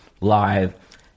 live